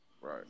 Right